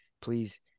please